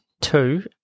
two